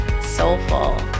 soulful